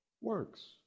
works